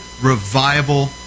revival